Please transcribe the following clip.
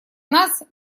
нас